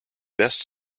best